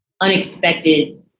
unexpected